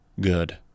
good